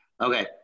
Okay